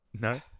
No